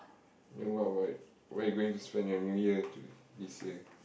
what what where you going to spend your New Year to the this year